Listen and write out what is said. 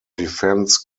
defence